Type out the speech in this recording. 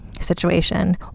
Situation